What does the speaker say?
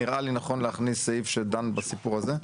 נראה לי נכון להכניס סעיף שדן בסיפור הזה?